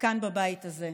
כאן בבית הזה.